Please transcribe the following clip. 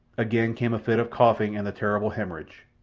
again came a fit of coughing and the terrible haemorrhage.